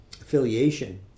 affiliation